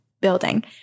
building